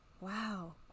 Wow